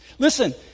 Listen